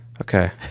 Okay